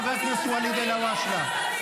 חברת הכנסת עאידה תומא סלימאן.